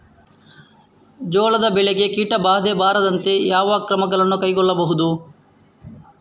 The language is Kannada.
ಜೋಳದ ಬೆಳೆಗೆ ಕೀಟಬಾಧೆ ಬಾರದಂತೆ ಯಾವ ಕ್ರಮಗಳನ್ನು ಕೈಗೊಳ್ಳಬಹುದು?